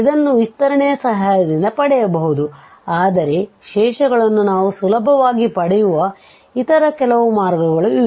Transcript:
ಇದನ್ನು ವಿಸ್ತರಣೆಯ ಸಹಾಯದಿಂದ ಪಡೆಯಬಹುದು ಆದರೆ ಈ ಶೇಷಗಳನ್ನು ನಾವು ಸುಲಭವಾಗಿ ಪಡೆಯುವ ಇತರ ಕೆಲವು ಮಾರ್ಗಗಳು ಇವೆ